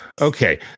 Okay